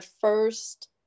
first